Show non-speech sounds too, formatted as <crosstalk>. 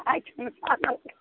ஆயிடுச்சி ம் <unintelligible>